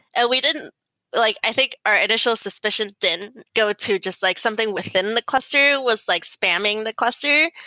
ah we didn't like i think our initial suspicion didn't go to just like something within the cluster was like spamming the cluster.